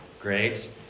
great